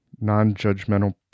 non-judgmental